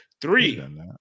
Three